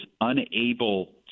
unable